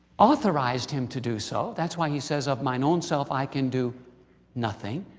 authorized him to do so. that's why he says, of mine own self i can do nothing.